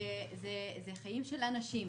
זה חיים של אנשים,